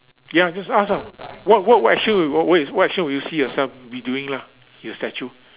ya just ask ah what what what action what what action will you see yourself be doing lah in your statue